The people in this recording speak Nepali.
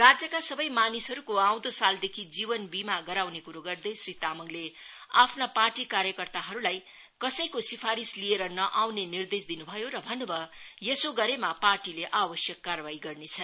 राज्यका सबै मानिसहरूको आउँदो सालदेखि जीवन बीमा गराउने कुरो गर्दै श्री तामाङले आफ्ना पार्टी कार्यकर्ताहरूलाई कसैको सिफारिश लिएर नाउने निर्देश दिनु भयो र भन्नु भयो यसो गरेमा पार्टीले आवश्यक कारवाही गर्नेछ